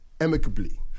amicably